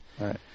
Right